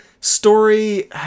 story